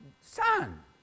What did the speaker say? Son